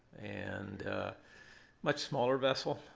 and a much smaller vessel.